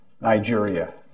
Nigeria